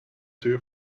too